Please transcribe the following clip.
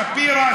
שפירא,